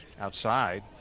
outside